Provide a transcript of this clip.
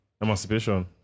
Emancipation